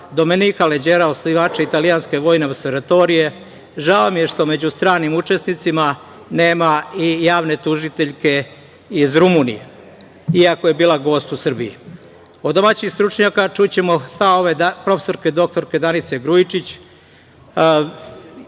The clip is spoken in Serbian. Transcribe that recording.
Domenika Leđera, osnivača italijanske vojne opservatorije. Žao mi je što među stranim učesnicima nema i javne tužiteljke iz Rumunije, iako je bila gost u Srbiji. Od domaćih stručnjaka čućemo stavove prof. dr Danice Grujičić,